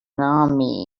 army